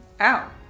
Ow